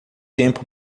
tempo